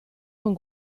con